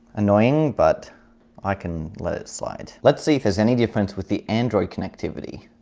annoying but i can let it slide let's see if there's any difference with the android connectivity